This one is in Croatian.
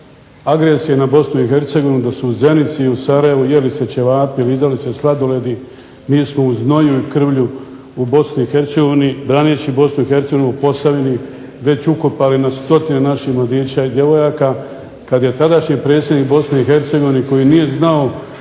agresije na Bosnu i Hercegovinu dok su u Zenici i Sarajevu jeli se ćevapi, lizali se sladoledi, mi smo u znoju i krvlju u Bosni i Hercegovini braneći BiH postavili već ukopali na stotine naših mladića i djevojaka kada je tadašnji predsjednik Bosne i Hercegovine kada nije znao